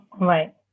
Right